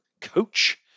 Coach